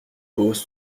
pose